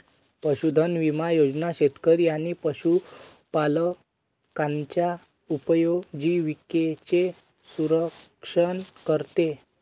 पशुधन विमा योजना शेतकरी आणि पशुपालकांच्या उपजीविकेचे संरक्षण करते